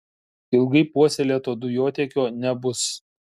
ilgai puoselėto dujotiekio nebus